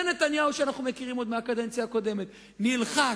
זה נתניהו שאנחנו מכירים עוד מהקדנציה הזאת, נלחץ,